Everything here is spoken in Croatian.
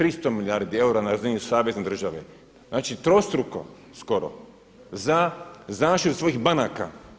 300 milijardi eura na razini savezne države, znači trostruko skoro za zaštitu svojih banaka.